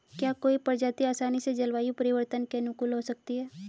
क्या कोई प्रजाति आसानी से जलवायु परिवर्तन के अनुकूल हो सकती है?